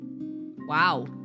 Wow